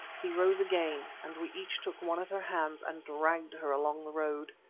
he rose again, and we each took one of her hands and dragged her along the road.